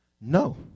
no